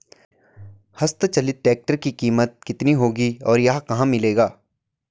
हस्त चलित ट्रैक्टर की कीमत कितनी होगी और यह कहाँ मिलेगा?